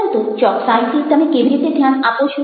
પરંતુ ચોક્કસાઈથી તમે કેવી રીતે ધ્યાન આપો છો